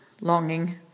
longing